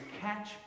catch